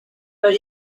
but